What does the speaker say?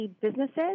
businesses